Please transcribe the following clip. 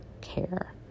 care